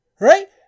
Right